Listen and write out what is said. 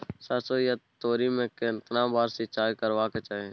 सरसो या तोरी में केतना बार सिंचाई करबा के चाही?